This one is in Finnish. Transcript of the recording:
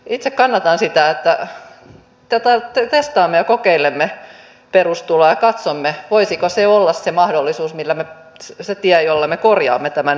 itse kannatan sitä että testaamme ja kokeilemme perustuloa ja katsomme voisiko se olla se tie se mahdollisuus jolla me korjaamme tämän epäkohdan